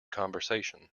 conversation